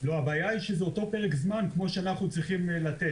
הבעיה היא שזה אותו פרק זמן כמו שאנחנו צריכים לתת.